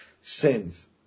sins